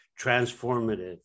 transformative